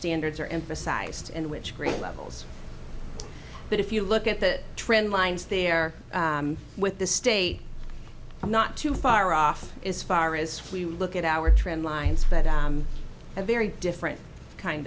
standards are emphasized and which grade levels but if you look at the trend lines there with the state i'm not too far off is far is you look at our trend lines for a very different kind